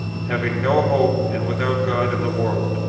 having no hope and without god in the world,